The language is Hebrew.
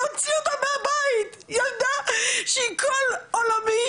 להוציא אותה מהבית! ילדה שהיא כל עולמי